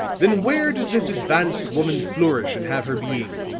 then where does this advanced woman flourish and have her being?